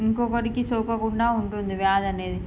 ఇంకొకరికి సోకకుండా ఉంటుంది వ్యాధి అనేది